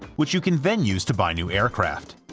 which you can then use to buy new aircraft.